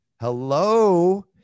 hello